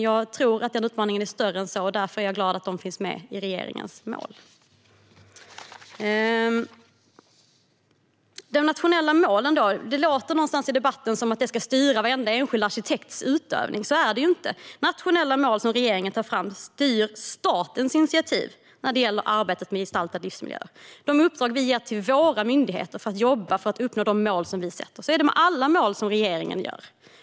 Jag tror att den utmaningen är större än så. Därför är jag glad över att de finns med i regeringens mål. Någonstans i debatten låter det som att de nationella målen ska styra varenda enskild arkitekts utövning. Så är det ju inte. Nationella mål som regeringen tar fram styr statens initiativ när det gäller arbetet med gestaltad livsmiljö. Vi ger uppdrag till våra myndigheter som ska jobba för att uppnå de mål som vi sätter upp. Så är det med alla mål som regeringen fastslår.